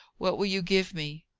what will you give me,